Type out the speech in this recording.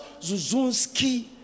Zuzunski